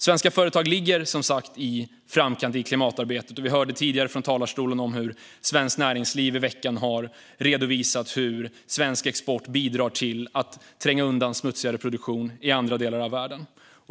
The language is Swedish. Svenska företag ligger i framkant i klimatarbetet, och vi hörde tidigare från talarstolen här att Svenskt Näringsliv i veckan har redovisat hur svensk export bidrar till att tränga undan smutsigare produktion i andra delar av världen.